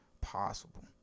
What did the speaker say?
possible